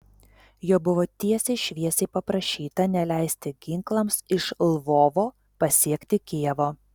jo buvo tiesiai šviesiai paprašyta neleisti ginklams iš lvovo pasiekti kijevo